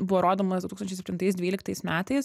buvo rodomas du tūkstančiai septintais dvyliktais metais